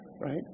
right